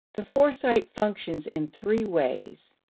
the foresight functions in three ways.